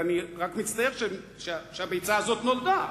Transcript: ואני רק מצטער שהביצה הזאת נולדה,